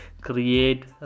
create